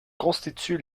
constitue